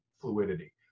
fluidity